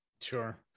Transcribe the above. Sure